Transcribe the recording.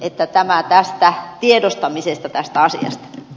että tämä tästä tiedostamisesta tästä asiasta